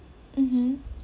mmhmm